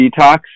detox